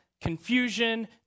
confusion